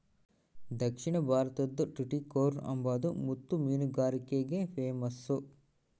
ದಕ್ಷಿಣ ಭಾರತುದ್ ಟುಟಿಕೋರ್ನ್ ಅಂಬಾದು ಮುತ್ತು ಮೀನುಗಾರಿಕ್ಗೆ ಪೇಮಸ್ಸು